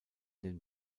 den